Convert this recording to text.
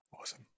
Awesome